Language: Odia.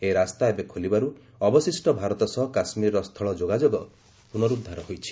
ଏହି ରାସ୍ତା ଏବେ ଖୋଲିବାରୁ ଅବଶିଷ୍ଟ ଭାରତ ସହ କାଶ୍ମୀର୍ର ସ୍ଥଳ ଯୋଗାଯୋଗ ପୁନରୁଦ୍ଧାର ହୋଇଛି